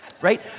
right